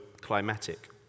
climatic